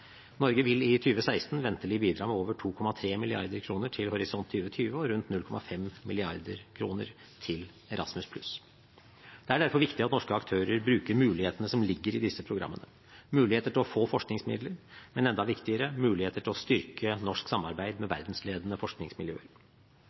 Norge vil i 2016 ventelig bidra med over 2,3 mrd. kr til Horisont 2020 og rundt 0,5 mrd. kr til Erasmus+. Det er derfor viktig at norske aktører bruker mulighetene som ligger i disse programmene: muligheter til å få forskningsmidler, men – enda viktigere – muligheter til å styrke norsk samarbeid med verdensledende forskningsmiljøer.